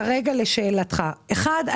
כרגע לשאלתך: אחד,